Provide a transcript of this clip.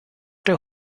der